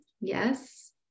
Yes